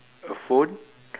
a phone